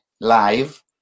live